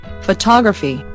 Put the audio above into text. Photography